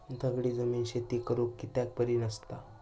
दगडी जमीन शेती करुक कित्याक बरी नसता?